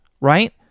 right